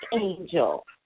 angel